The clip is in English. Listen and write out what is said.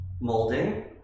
molding